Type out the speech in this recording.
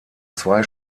zwei